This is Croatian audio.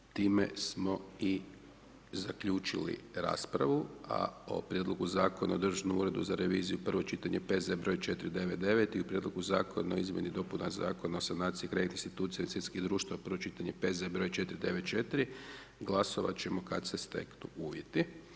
Time smo i zaključili raspravu a o Prijedlogu zakona o Državnom uredu za reviziju, prvo čitanje, P.Z. br. 499 i o Prijedlogu zakona o izmjeni i dopuna Zakona o sanaciji kreditnih institucija i svjetskih društva, prvo čitanje, P.Z. br. 494., glasovati ćemo kad se steknu uvjeti.